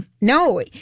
no